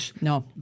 No